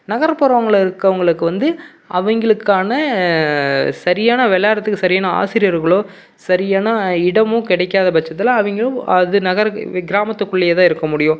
நகர்ப்புறங்களில் இருக்கிறவங்களுக்கு வந்து அவங்களுக்கான சரியான விளாட்றதுக்கு சரியான ஆசிரியர்களோ சரியான இடமோ கிடைக்காத பட்சத்தில் அவங்களும் அது நகர் கிராமத்துக்குள்ளேயே தான் இருக்க முடியும்